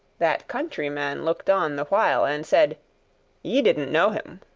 that countryman looked on the while, and said ye didn't know him.